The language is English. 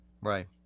Right